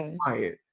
quiet